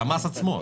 זה המס עצמו.